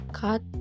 cut